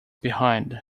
behind